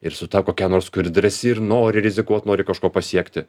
ir su ta kokia nors kuri drąsi ir nori rizikuot nori kažko pasiekti